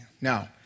Now